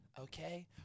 Okay